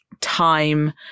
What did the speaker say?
time